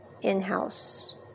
in-house